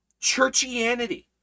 churchianity